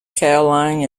kallang